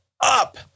up